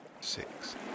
six